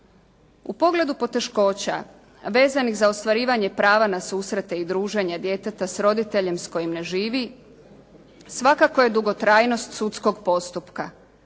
U pogledu poteškoća vezanih za ostvarivanje prava na susrete i druženja djeteta s roditeljem s kojim ne živi, svakako je dugotrajnost sudskog postupka,